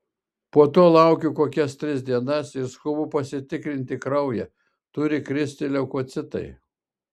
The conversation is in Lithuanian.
po to laukiu kokias tris dienas ir skubu pasitikrinti kraują turi kristi leukocitai